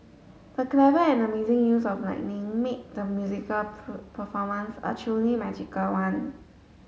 the clever and amazing use of lighting made the musical performance a truly magical one